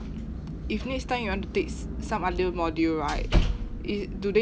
if next time you want to take some other module right is do they